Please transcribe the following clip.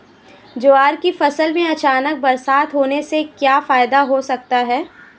ज्वार की फसल में अचानक बरसात होने से क्या फायदा हो सकता है?